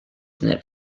knit